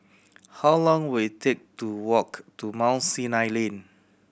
how long will it take to walk to Mount Sinai Lane